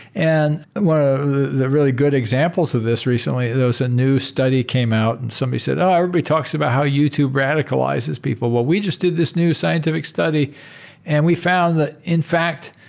and one of the really good examples of this recently, there was a new study came out and somebody said, oh, everybody talks about how youtube radicalizes people. well, we just did this new scientific study and we found that, in fact,